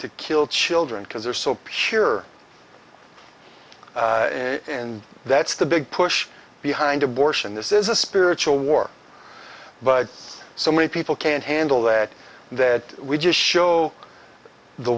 to kill children because they're so pure and that's the big push behind abortion this is a spiritual war but so many people can't handle that that we just show the